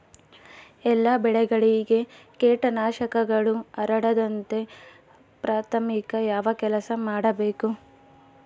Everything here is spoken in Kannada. ಎಲ್ಲ ಬೆಳೆಗಳಿಗೆ ಕೇಟನಾಶಕಗಳು ಹರಡದಂತೆ ಪ್ರಾಥಮಿಕ ಯಾವ ಕೆಲಸ ಮಾಡಬೇಕು?